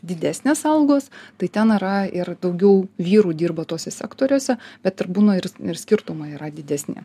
didesnės algos tai ten yra ir daugiau vyrų dirba tuose sektoriuose bet ir būna ir ir skirtumai yra didesni